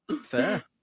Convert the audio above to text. Fair